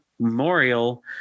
Memorial